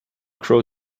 crow